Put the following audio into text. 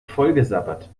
vollgesabbert